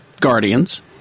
Guardians